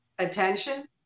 Attention